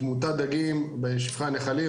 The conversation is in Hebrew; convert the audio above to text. תמותת דגים בשפכי הנחלים.